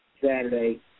Saturday